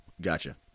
Gotcha